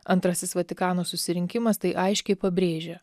antasis vatikano susirinkimas tai aiškiai pabrėžia